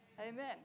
Amen